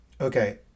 Okay